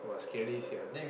!wah! scary sia